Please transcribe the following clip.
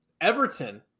everton